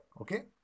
okay